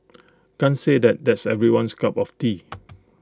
can't say that that's everyone's cup of tea